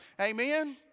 Amen